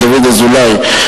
דוד אזולאי,